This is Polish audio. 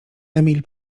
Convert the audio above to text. emil